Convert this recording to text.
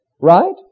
Right